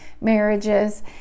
marriages